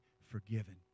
forgiven